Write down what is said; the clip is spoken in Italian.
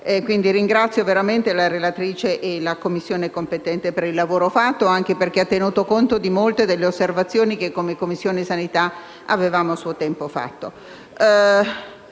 un ringraziamento sincero alla relatrice e alla Commissione competente per il lavoro svolto, anche perché si è tenuto conto di molte delle osservazioni che come Commissione sanità avevamo a suo tempo avanzato.